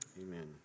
Amen